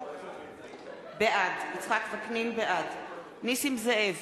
בעד נסים זאב,